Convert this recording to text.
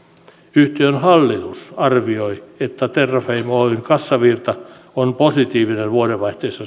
yhtiön hallitus arvioi että terrafame oyn kassavirta on positiivinen vuodenvaiheessa